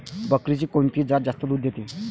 बकरीची कोनची जात जास्त दूध देते?